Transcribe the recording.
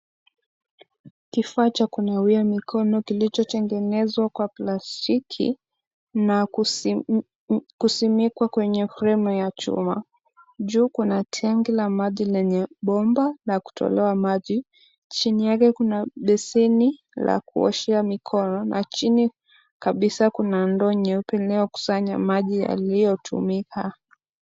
Kifaa cha kunawia mikono kilichotengenezwa kwa plastiki na kusimikwa kwenye fremu ya chuma. Juu kuna tenki la maji lenye bomba la kutolewa maji. Chini yake kuna besheni la kuoshea mikono na chini kabisa kuna ndoo nyeupe inayokusanya maji yaliyotumika.